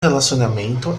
relacionamento